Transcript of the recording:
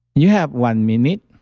you have one minute,